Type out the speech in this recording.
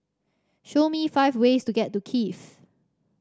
show me five ways to get to Kiev